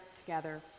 together